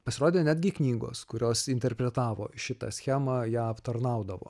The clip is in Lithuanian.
pasirodė netgi knygos kurios interpretavo šitą schemą ją aptarnaudavo